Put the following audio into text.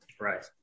right